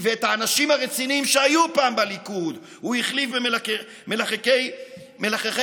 ואת האנשים הרציניים שהיו פעם בליכוד הוא החליף במלחכי פנכה